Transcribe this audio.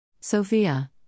Sophia